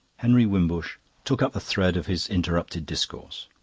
henry wimbush took up the thread of his interrupted discourse.